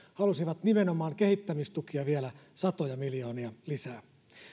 he halusivat nimenomaan kehittämistukia vielä satoja miljoonia lisää